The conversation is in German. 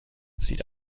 sieht